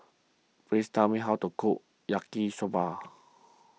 please tell me how to cook Yaki Soba